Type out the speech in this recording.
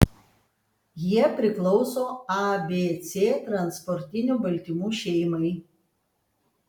jie priklauso abc transportinių baltymų šeimai